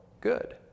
good